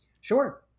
Sure